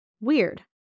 Weird